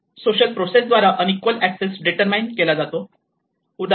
social process द्वारा unequal access determines केला जातो